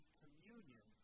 communion